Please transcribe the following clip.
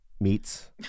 Meats